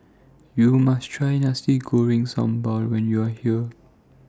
YOU must Try Nasi Goreng Sambal when YOU Are here